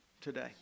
today